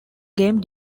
game